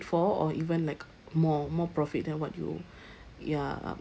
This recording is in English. for or even like more more profit than what you ya uh